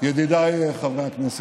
ידידיי חברי הכנסת,